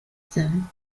them